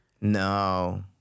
No